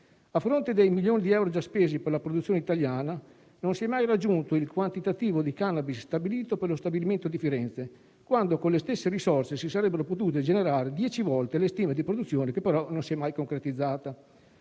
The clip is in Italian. A fronte dei milioni di euro già spesi per la produzione italiana, non si è mai raggiunto il quantitativo di cannabis stabilito per lo stabilimento di Firenze quando, con le stesse risorse, si sarebbero potute generare 10 volte le stime di produzione che però non si sono mai concretizzate.